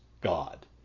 God